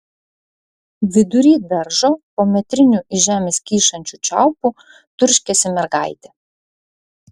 vidury daržo po metriniu iš žemės kyšančiu čiaupu turškėsi mergaitė